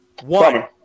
One